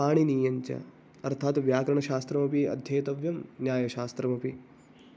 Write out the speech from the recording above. पाणिनीयञ्च अर्थात् व्याकरणशास्त्रमपि अध्येतव्यं न्यायशास्त्रमपि